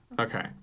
Okay